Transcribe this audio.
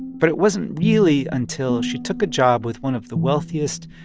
but it wasn't really until she took a job with one of the wealthiest,